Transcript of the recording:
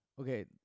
Okay